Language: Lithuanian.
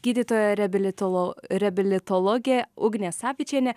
gydytoja reabilitolo reabilitologė ugnė savičienė